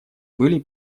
были